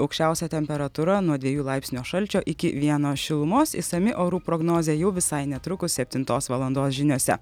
aukščiausia temperatūra nuo dviejų laipsnio šalčio iki vieno šilumos išsami orų prognozė jau visai netrukus septintos valandos žiniose